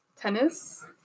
tennis